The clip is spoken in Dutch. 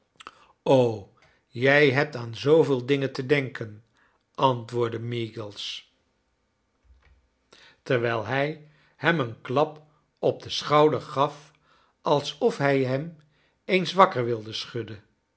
jij hebt aan zooveel dingen te denken antwoordde maegles terwijl hij hem een klap op den schouder gaf alsof hij hem eens wakker wilde schudden